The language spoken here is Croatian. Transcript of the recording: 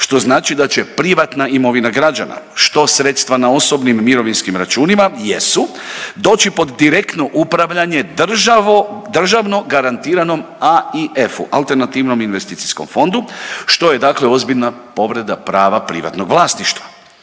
što znači da će privatna imovina građana, što sredstva na osobnim mirovinskim računima jesu, doći pod direktno upravljanje državo, državno garantiranom AIF-u, alternativnom investicijskom fondu, što je dakle ozbiljna povreda prava privatnog vlasništva.